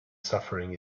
suffering